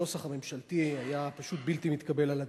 הנוסח הממשלתי היה פשוט בלתי מתקבל על הדעת.